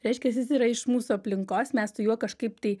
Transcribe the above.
reiškias jis yra iš mūsų aplinkos mes su juo kažkaip tai